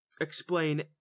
explain